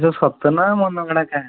ଇଏ ସତ ନା ମନଗଢ଼ା କାହାଣୀ